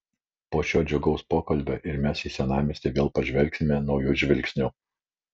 po šio džiugaus pokalbio ir mes į senamiestį vėl pažvelgiame nauju žvilgsniu